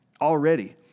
Already